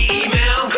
email